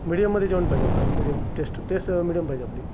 मिडीयममध्ये जेवण पाहिजे आपल्याला मिडीयम टेष्ट टेस्ट मिडीयम पाहिजे आपली